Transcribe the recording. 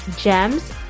gems